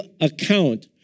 account